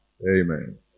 Amen